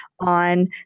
on